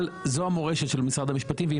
אבל זו המורשת של משרד המשפטים והיא